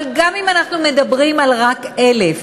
אבל אם אנחנו מדברים רק על 1,000,